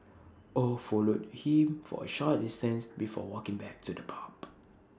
oh followed him for A short distance before walking back to the pub